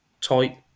tight